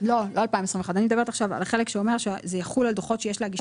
הם יצטרכו להגיש